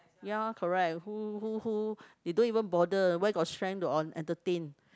ya correct who who who they don't even bother where got strength to entertain